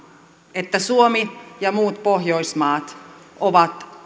että suomi ja muut pohjoismaat ovat